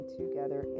together